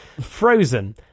Frozen